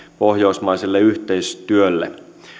pohjoismaiselle yhteistyölle